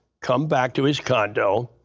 come back to his condo,